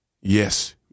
yes